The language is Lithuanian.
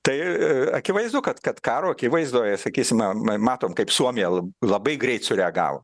tai akivaizdu kad kad karo akivaizdoje sakysim ma matom kaip suomija labai greit sureagavo